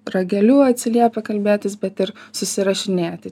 rageliu atsiliepę kalbėtis bet ir susirašinėti